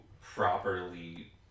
properly